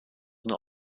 nur